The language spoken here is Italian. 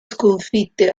sconfitte